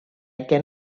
can